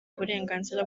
uburenganzira